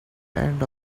end